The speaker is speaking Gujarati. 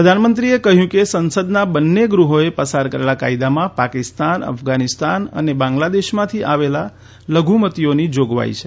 પ્રધાનમંત્રીએ કહ્યું કે સંસદના બંને ગૃહો એ પસાર કરેલા કાયદામાં પાકિસ્તાન અફઘાનીસ્તાન અને બાંગ્લાદેશમાંથી આવેલા લધુમતીઓની જોગવાઇ છે